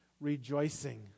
rejoicing